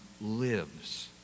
lives